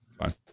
Fine